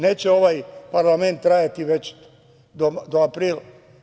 Neće ovaj parlament trajati večito, do aprila.